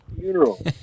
funeral